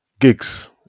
gigs